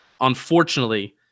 unfortunately